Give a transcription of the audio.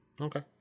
Okay